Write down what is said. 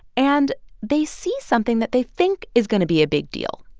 and they see something that they think is going to be a big deal,